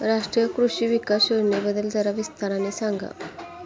राष्ट्रीय कृषि विकास योजनेबद्दल जरा विस्ताराने सांगा